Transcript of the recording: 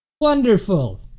Wonderful